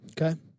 Okay